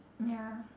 ya